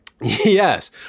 Yes